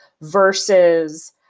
versus